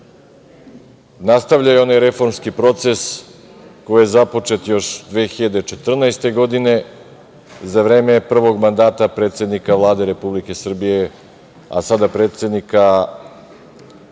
nastavljaju onaj reformski proces koji je započet još 2014. godine za vreme prvog mandata predsednika Vlade Republike Srbije, a sada predsednika Republike Srbije